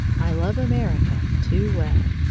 i love america too well!